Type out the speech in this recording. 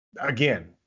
again